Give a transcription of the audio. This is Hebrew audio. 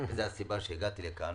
זאת הסיבה שהגעתי לכאן.